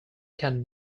can